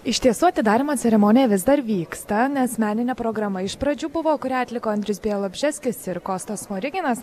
iš tiesų atidarymo ceremonija vis dar vyksta nes meninė programa iš pradžių buvo kurią atliko andrius bialobžeskis ir kostas smoriginas